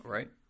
Right